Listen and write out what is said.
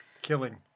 Killing